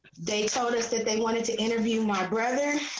they told us that they wanted to interview, my brother.